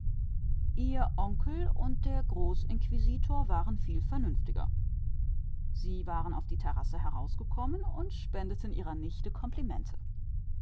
ihr onkel und der großinquisitor waren verständiger sie waren auf die terrasse herausgekommen und machten ihr hübsch komplimente